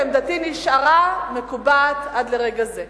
ועמדתי נשארה מקובעת עד לרגע זה.